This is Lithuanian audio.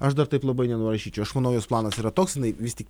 aš dar taip labai nenurašyčiau aš manau jos planas yra toks jinai vis tik